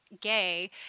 gay